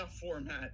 format